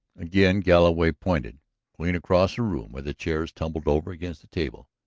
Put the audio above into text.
again galloway pointed. clean across the room, where the chair is tumbled over against the table.